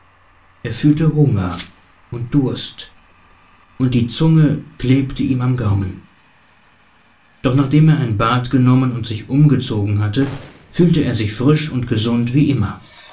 er fühlte hunger und durst und die zunge klebte ihm am gaumen doch nachdem er ein bad genommen und sich umgezogen hatte fühlte er sich frisch und gesund wie immer